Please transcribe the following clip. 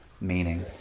Meaning